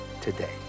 today